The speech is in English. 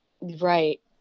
Right